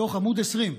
מתוך עמ' 20: